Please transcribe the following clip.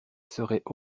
serait